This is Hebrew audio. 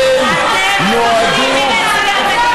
אתם מונעים מנשיא המדינה,